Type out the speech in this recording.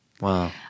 Wow